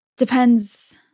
Depends